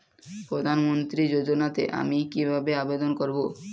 প্রধান মন্ত্রী যোজনাতে আমি কিভাবে আবেদন করবো?